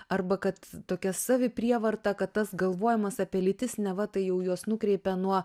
arba kad tokia savi prievarta kad tas galvojimas apie lytis neva tai jau juos nukreipia nuo